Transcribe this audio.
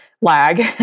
lag